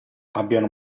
abbiano